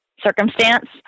circumstance